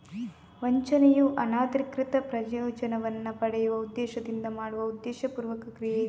ವಂಚನೆಯು ಅನಧಿಕೃತ ಪ್ರಯೋಜನವನ್ನ ಪಡೆಯುವ ಉದ್ದೇಶದಿಂದ ಮಾಡುವ ಉದ್ದೇಶಪೂರ್ವಕ ಕ್ರಿಯೆ